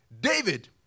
David